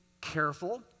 careful